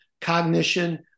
cognition